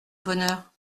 bonheur